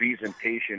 presentation